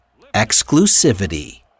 Exclusivity